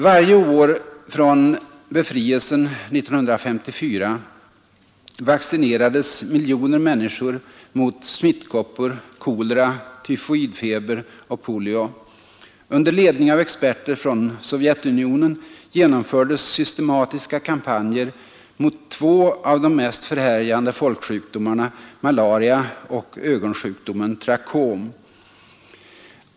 Varje år från befrielsen 1954 vaccinerades miljoner människor mot smittkoppor, kolera, tyfoidfeber och polio. Under ledning av experter från Sovjetunionen genomfördes systematiska kampanjer mot två av de mest förhärjande folksjukdomarna, malaria och ögonsjukdomen trachom.